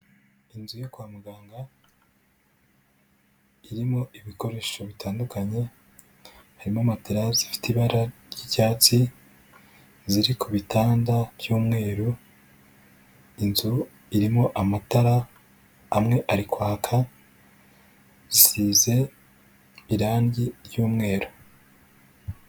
Inzu yo kwa muganga, irimo ibikoresho bitandukanye, harimo matera zifite ibara ry'icyatsi ziri ku bitanda by'umweru, inzu irimo amatara amwe ari kwaka isize irangi ry'umweru.